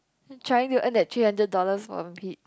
trying to earn that three hundred dollars for a